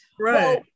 Right